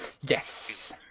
yes